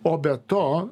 o be to